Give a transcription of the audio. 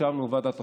ישבנו בוועדת החוקה,